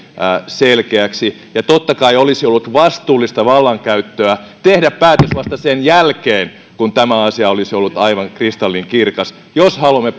selkeäksi ja totta kai olisi ollut vastuullista vallankäyttöä tehdä päätös vasta sen jälkeen kun tämä asia olisi ollut aivan kristallinkirkas jos haluamme